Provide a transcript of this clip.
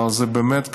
אבל זה באמת,